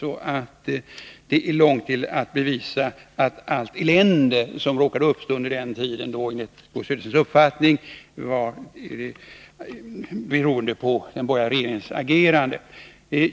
Det är långt till att bevisa att allt elände som enligt Bo Söderstens uppfattning råkade uppstå under den tiden var beroende på den borgerliga regeringens agerande.